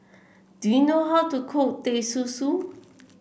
do you know how to cook Teh Susu